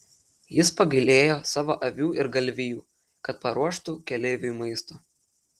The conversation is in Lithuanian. jis pagailėjo savo avių ir galvijų kad paruoštų keleiviui maisto